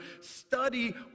study